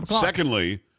Secondly